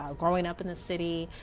growing up in the city.